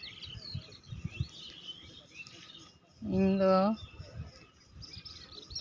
ᱤᱧᱫᱚ